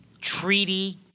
treaty